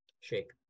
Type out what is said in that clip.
Shake